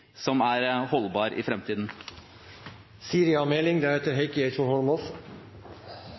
som er holdbar i